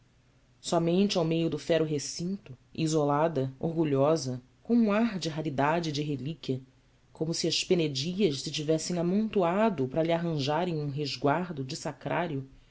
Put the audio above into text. somente ao meio do fero recinto isolada orgulhosa com um ar de raridade e de relíquia como se as penedias se tivessem amontoado para lhe arranjarem um resguardo de sacrário